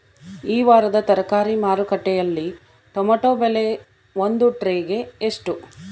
ಈ ವಾರದ ತರಕಾರಿ ಮಾರುಕಟ್ಟೆಯಲ್ಲಿ ಟೊಮೆಟೊ ಬೆಲೆ ಒಂದು ಟ್ರೈ ಗೆ ಎಷ್ಟು?